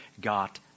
got